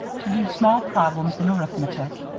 to do small problems in arithmetic,